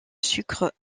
sucre